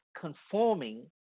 conforming